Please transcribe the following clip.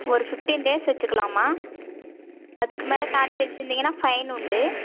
ஒரு fifteen days வச்சுக்கலாம்மா அதுக்குமேலே தாண்டி வச்சுருந்தீங்கன்னா ஃபைன் உண்டு